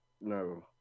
no